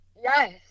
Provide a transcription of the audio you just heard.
Yes